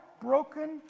broken